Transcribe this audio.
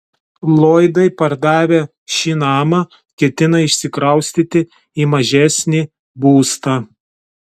lloydai pardavę šį namą ketina išsikraustyti į mažesnį būstą